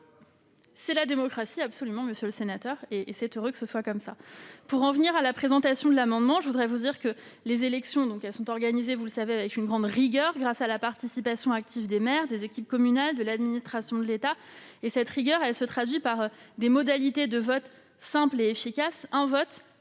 C'est la démocratie ! Absolument, monsieur le sénateur, et il est heureux qu'il en soit ainsi. J'en viens à la présentation de l'amendement. Les élections sont organisées avec une grande rigueur grâce à la participation active des maires, des équipes communales, de l'administration de l'État et cette rigueur se traduit par des modalités de vote simples et efficaces